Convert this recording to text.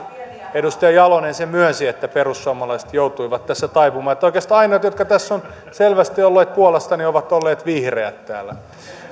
edustaja jalonen sen myönsi että perussuomalaiset joutuivat tässä taipumaan että oikeastaan ainoat jotka tässä ovat selvästi olleet puolesta ovat olleet vihreät täällä